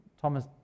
thomas